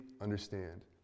understand